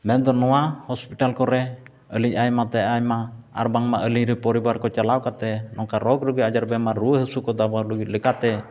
ᱢᱮᱱᱫᱚ ᱱᱚᱣᱟ ᱦᱚᱥᱯᱤᱴᱟᱞ ᱠᱚᱨᱮ ᱟᱹᱞᱤᱧ ᱟᱭᱢᱟᱛᱮ ᱟᱭᱢᱟ ᱟᱨᱵᱟᱝ ᱟᱹᱞᱤᱧ ᱨᱮᱱ ᱯᱚᱨᱤᱵᱟᱨ ᱠᱚ ᱪᱟᱞᱟᱣ ᱠᱟᱛᱮᱫ ᱱᱚᱝᱠᱟ ᱨᱳᱜᱽ ᱨᱩᱜᱤ ᱟᱡᱟᱨ ᱵᱤᱢᱟᱨ ᱨᱩᱣᱟᱹ ᱦᱟᱹᱥᱩ ᱠᱚ ᱛᱟᱵᱚᱱ ᱞᱮᱠᱟᱛᱮ